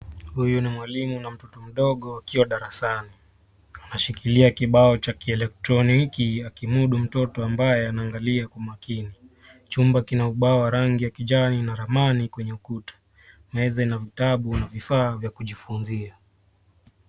Huyu ni mwalimu na mtoto mdogo akiwa darasani. Anashikilia kibao cha kielektroniki akimudu mtoto ambaye anaangalia kwa makini. Chumba kina ubao wa rangi ya kijani na ramani kwenye ukuta. Meza ina vitabu na vifaa vya kujifunzia.